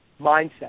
mindset